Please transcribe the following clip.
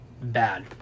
bad